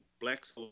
blacks